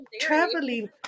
traveling